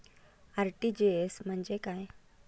RTGS म्हणजे काय?